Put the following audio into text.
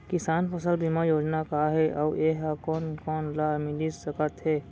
किसान फसल बीमा योजना का हे अऊ ए हा कोन कोन ला मिलिस सकत हे?